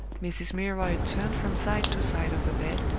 mrs. milroy turned from side to side of the bed,